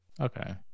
okay